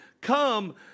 Come